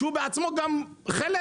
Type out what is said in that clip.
שהוא בעצמו חלק